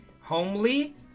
homely